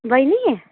बैनी